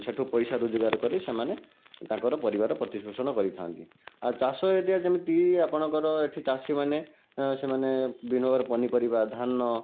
ସେଠୁ ପଇସା ରୋଜଗାର କରି ସେମାନେ ତାଙ୍କର ପରିବାର ପ୍ରତିପୋଷଣ କରିଥାନ୍ତି ଆଉ ଚାଷ ଏରିଆ ଯେମିତି ଆପଣଙ୍କର ଏଠି ଚାଷୀମାନେ ସେମାନେ ଭିନ୍ନ ପର ପନିପରିବା ଧାନ